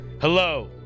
Hello